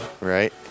right